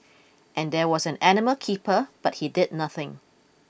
and there was an animal keeper but he did nothing